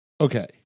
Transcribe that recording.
Okay